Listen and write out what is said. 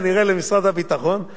הוא לא הולך להעלות את הצעת החוק.